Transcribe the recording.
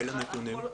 איזה נתונים?